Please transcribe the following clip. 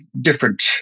different